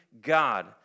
God